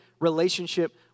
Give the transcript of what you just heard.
relationship